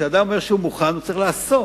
כשאדם אומר שהוא מוכן, הוא צריך לעשות.